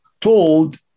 told